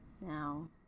now